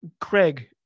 Craig